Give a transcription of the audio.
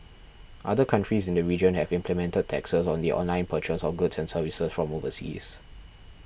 other countries in the region have implemented taxes on the online purchase of goods and services from overseas